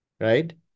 right